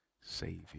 savior